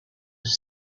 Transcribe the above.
have